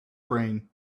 brain